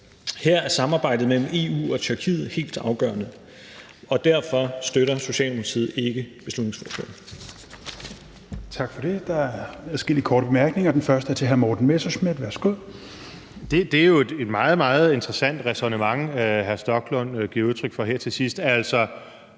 Her er samarbejdet mellem EU og Tyrkiet helt afgørende. Derfor støtter Socialdemokratiet ikke beslutningsforslaget.